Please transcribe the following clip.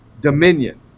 Dominion